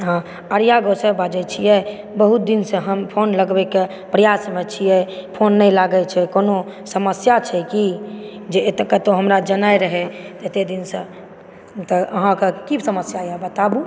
अरिया गाॅंव सऽ बाजे छियै बहुत दिन सँ हम फोन लगबै के प्रयास मे छियै फोन नहि लागै छै कोनो समस्या छै कि जे एतऽ कतौ हमरा जेनाइ रहै अत्ते दिन सँ तऽ अहाँकेॅं कि समस्या यऽ बताबु